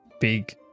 big